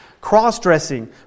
cross-dressing